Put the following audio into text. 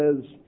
says